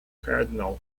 cardinal